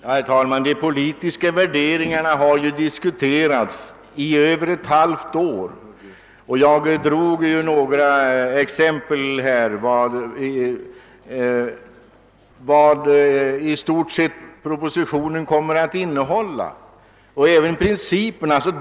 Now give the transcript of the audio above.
Herr talman! De politiska värderingarna har diskuterats i mer än ett halvt år, och jag anförde några exempel på vad propositionen i stort sett kommer att innehålla och vilka principer som följs.